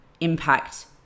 impact